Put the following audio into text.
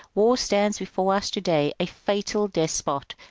war stands before us to-day a fatal despot,